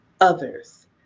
others